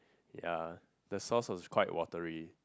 ya the sauce was quite watery